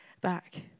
back